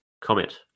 Comment